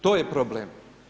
To je problem.